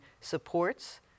supports